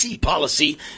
policy